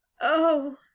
Oh